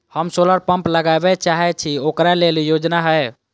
हम solar pump लगाबै चाहय छी ओकरा लेल योजना हय?